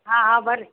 ಹಾಂ ಹಾಂ ಬನ್ರಿ